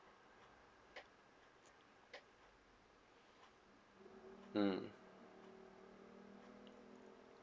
mm